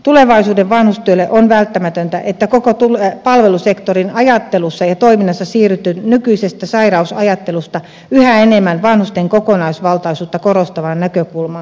tulevaisuuden vanhustyölle on välttämätöntä että koko palvelusektorin ajattelussa ja toiminnassa siirrytään nykyisestä sairausajattelusta yhä enemmän vanhusten kokonaisvaltaisuutta korostavaan näkökulmaan